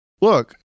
look